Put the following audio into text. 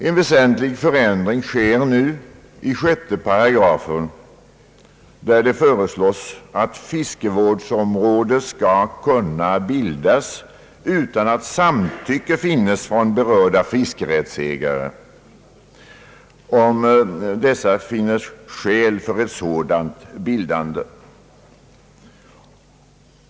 En väsentlig förändring sker nu i 6 8, där det föreslås att fiskevårdsområde skall kunna bildas utan att samtycke finnes från berörda fiskerättsägare, om det finns skäl för ett sådant bildande.